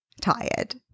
tired